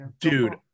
Dude